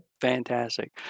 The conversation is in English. fantastic